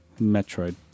Metroid